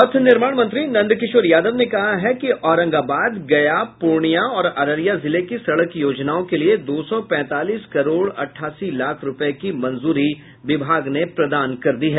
पथ निर्माण मंत्री नंद किशोर यादव ने कहा है कि औरंगाबाद गया पूर्णिया और अररिया जिले की सड़क योजनाओं के लिये दो सौ पैंतालीस करोड़ अट्ठासी लाख रूपये की मंजूरी विभाग ने प्रदान कर दी है